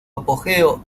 apogeo